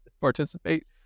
participate